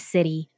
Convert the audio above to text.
City